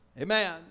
Amen